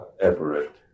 Everett